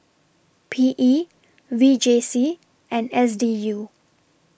P E V J C and S D U